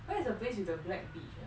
where is the place with the black beach ah